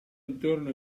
ritorno